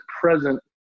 present